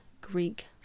Greek